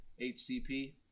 HCP